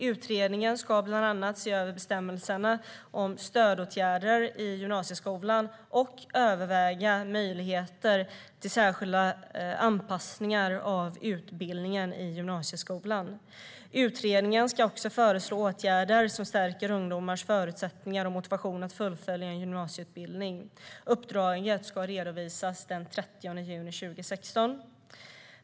Utredningen ska bland annat se över bestämmelserna om stödåtgärder i gymnasieskolan och överväga möjligheter till särskilda anpassningar av utbildningen i gymnasieskolan. Utredningen ska också föreslå åtgärder som stärker ungdomars förutsättningar och motivation att fullfölja en gymnasieutbildning . Uppdraget ska redovisas senast den 30 juni 2016.